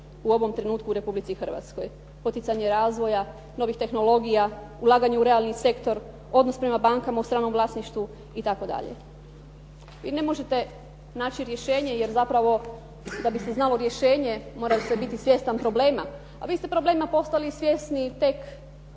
u ovom trenutku u Republici Hrvatskoj, poticanje razvoja, novih tehnologija, ulaganje u realni sektor, odnos prema bankama u stranom vlasništvu itd.. I ne možete naći rješenje, jer zapravo da bi se znalo rješenje, mora se biti svjestan problema, a vi ste problema postali svjesni tek